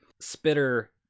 Spitter